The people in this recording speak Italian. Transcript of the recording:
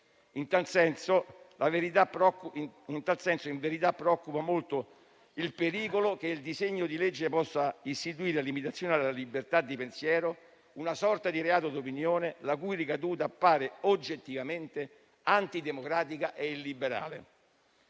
In tal senso, in verità, preoccupa molto il pericolo che il disegno di legge possa istituire limitazioni alla libertà di pensiero, una sorta di reato d'opinione la cui ricaduta appare oggettivamente antidemocratica e illiberale.